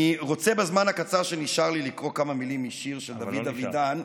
אני רוצה בזמן הקצר שנשאר לי לקרוא כמה מילים משיר של דוד אבידן.